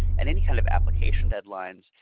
and any kind of application deadlines,